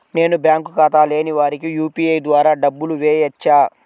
నేను బ్యాంక్ ఖాతా లేని వారికి యూ.పీ.ఐ ద్వారా డబ్బులు వేయచ్చా?